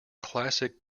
classic